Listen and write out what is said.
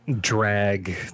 drag